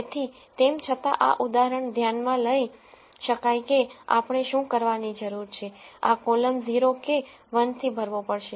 તેથી તેમ છતાં આ ઉદાહરણ ધ્યાન માં લઇ શકાય કે આપણે શું કરવાની જરૂર છે આ કોલમ 0 કે 1 થી ભરવો પડશે